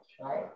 right